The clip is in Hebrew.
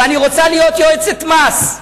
ואני רוצה להיות יועצת מס.